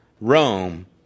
Rome